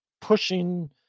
pushing